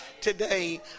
today